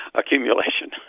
accumulation